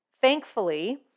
Thankfully